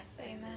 Amen